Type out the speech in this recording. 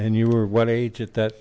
and you were what age at that